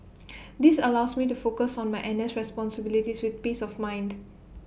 this allows me to focus on my N S responsibilities with peace of mind